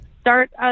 start